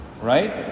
Right